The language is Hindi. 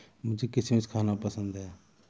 मुझें किशमिश खाना पसंद है